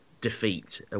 defeat